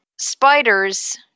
spiders